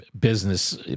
business